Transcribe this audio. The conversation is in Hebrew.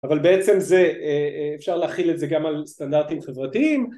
אבל בעצם אפשר להכיל את זה גם על סטנדרטים חברתיים